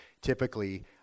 typically